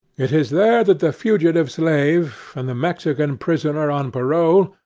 it is there that the fugitive slave, and the mexican prisoner on parole,